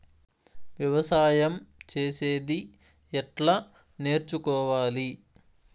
వ్యవసాయం చేసేది ఎట్లా నేర్చుకోవాలి?